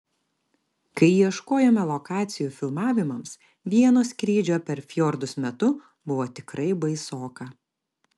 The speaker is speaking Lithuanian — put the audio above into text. kai ieškojome lokacijų filmavimams vieno skrydžio per fjordus metu buvo tikrai baisoka